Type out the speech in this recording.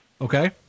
Okay